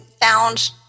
found